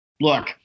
look